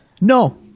No